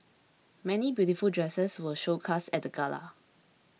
many beautiful dresses were showcased at the gala